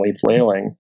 flailing